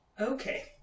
okay